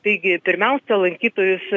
taigi pirmiausia lankytojus